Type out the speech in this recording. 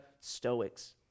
Stoics